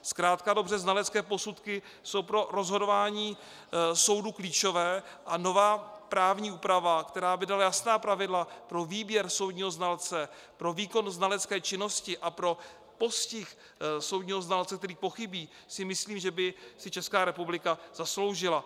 Zkrátka a dobře, znalecké posudky jsou pro rozhodování soudů klíčové a nová právní úprava, která by dala jasná pravidla pro výběr soudního znalce, pro výkon znalecké činnosti a pro postih soudního znalce, který pochybí, si myslím, že by si ČR zasloužila.